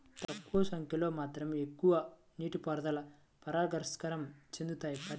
తక్కువ సంఖ్యలో మాత్రమే మొక్కలు నీటిద్వారా పరాగసంపర్కం చెందుతాయి